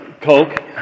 coke